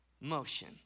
motion